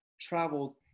traveled